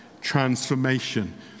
transformation